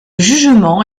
jugement